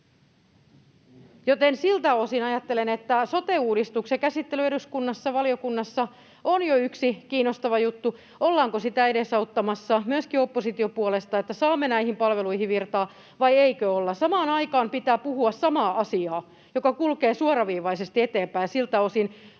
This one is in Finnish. siltä osin ajattelen, että sote-uudistuksen käsittely eduskunnassa, valiokunnassa on jo yksi kiinnostava juttu. Ollaanko sitä edesauttamassa myöskin opposition puolesta, että saamme näihin palveluihin virtaa, vai eikö olla? Samaan aikaan pitää puhua samaa asiaa, joka kulkee suoraviivaisesti eteenpäin. Siltä osin